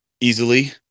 easily